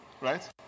right